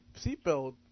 seatbelt